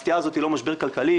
הסטייה הזאת היא לא משבר כלכלי.